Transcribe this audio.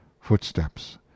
Footsteps